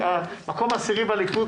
יש להם גם סל הגנות.